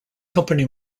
company